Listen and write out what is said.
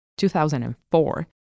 2004